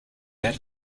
that